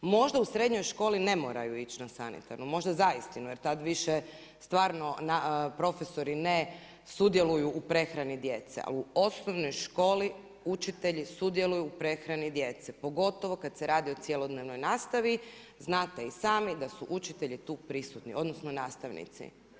Možda u srednjoj školi ne moraju ići na sanitarnu, možda za istinu jer tad više stvarno profesori ne sudjeluju u prehrani djece, ali u osnovnoj školi, učitelji sudjeluju u prehrani djece pogotovo kad se radi o cjelodnevnoj nastavi, znate i sami da su učitelji tu prisutni, odnosno nastavnici.